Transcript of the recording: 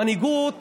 מנהיגות